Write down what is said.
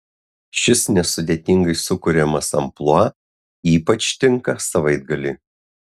šis nesudėtingai sukuriamas amplua ypač tinka savaitgaliui